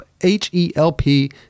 H-E-L-P